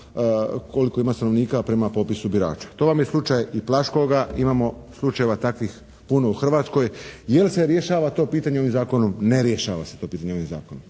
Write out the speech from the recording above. koliko ima stanovnika prema popisu birača. To vam je slučaj i Plaškoga, imamo slučajeva takvih puno u Hrvatskoj. Je li se rješava to pitanje ovim zakonom? Ne rješava se to pitanje ovim zakonom.